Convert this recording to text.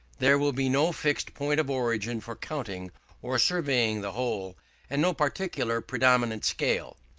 there will be no fixed point of origin for counting or surveying the whole and no particular predominant scale.